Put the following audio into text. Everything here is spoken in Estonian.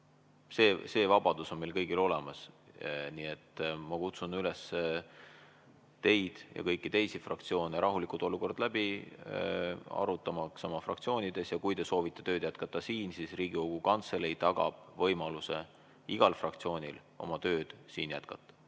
See vabadus on meil kõigil olemas. Nii et ma kutsun üles teid ja kõiki teisi fraktsioone rahulikult olukorda läbi arutama oma fraktsioonides ja kui te soovite tööd jätkata siin, siis Riigikogu Kantselei tagab võimaluse igal fraktsioonil oma tööd siin jätkata.